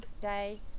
day